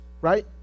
right